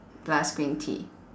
plus green tea